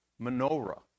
menorah